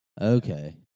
Okay